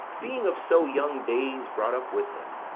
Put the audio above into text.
being of so young days brought up with him,